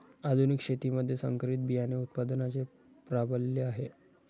आधुनिक शेतीमध्ये संकरित बियाणे उत्पादनाचे प्राबल्य आहे